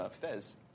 Fez